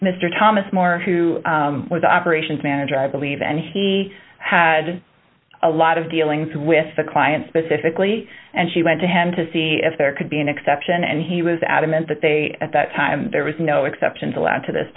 mr thomas moore who was the operations manager i believe and he had a lot of dealings with the client specifically and she went to him to see if there could be an exception and he was adamant that they at that time there was no exceptions allowed to this